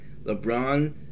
LeBron